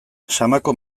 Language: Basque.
samako